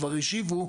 כבר השיבו.